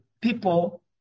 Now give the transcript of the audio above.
people